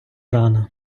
рано